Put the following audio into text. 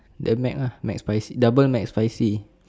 the Mac ah Mcspicy double Mcspicy